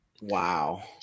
wow